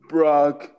Brock